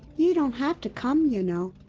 you don't have to come, you know.